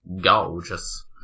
gorgeous